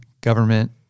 government